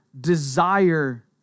desire